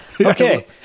Okay